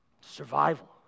Survival